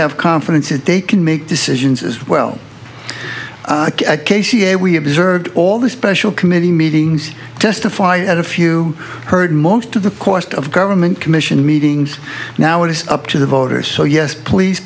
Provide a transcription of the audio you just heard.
have confidence that they can make decisions as well k c a we observed all the special committee meetings testify at a few heard most of the cost of government commission meetings now it is up to the voters so yes please